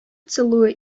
целуя